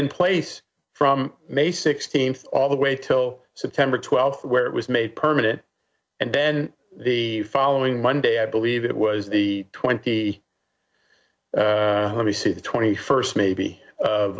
in place from may sixteenth all the way till september twelfth where it was made permanent and then the following monday i believe it was the twenty let me see the twenty first maybe